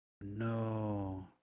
no